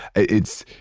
it's,